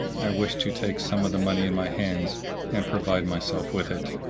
i wish to take some of the money in my hands and provide myself with it.